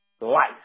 life